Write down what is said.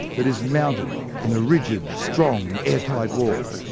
that is mounted in a rigid strong airtight wall.